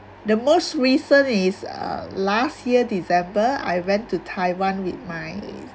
the most recent is uh last year december I went to taiwan with my